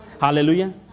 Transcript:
Hallelujah